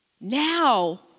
Now